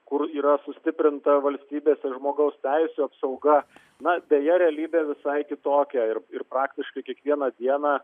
kur yra sustiprinta valstybės ir žmogaus teisių apsauga na deja realybė visai kitokia ir ir praktiškai kiekvieną dieną